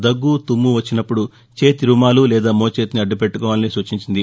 దగ్గు తుమ్ము వచ్చినపుడు చేతి రుమాలు లేదా మోచేతిని అడ్డు పెట్లుకోవాలని సూచించింది